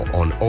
on